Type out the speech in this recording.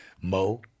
Mo